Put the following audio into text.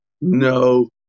no